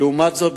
הוא במגמת עלייה?